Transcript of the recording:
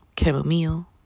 chamomile